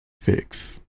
fix